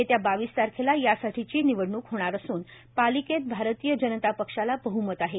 येत्या बावीस तारखेला यासाठीची निवडणूक होणार असून पालिकेत भारतीय जनता पक्षाला बहमत आहे